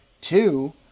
Two